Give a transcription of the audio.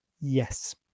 Yes